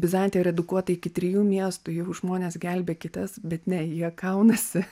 bizantija redukuota iki trijų miestų jau žmonės gelbėkitės bet ne jie kaunasi